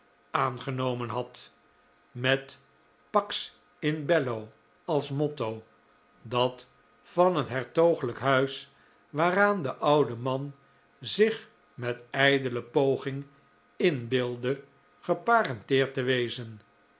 aangenomen had met pax in bello als motto dat van het hertogelijk huis waaraan de oude man zich met ijdele poging inbeeldde geparenteerd te wezen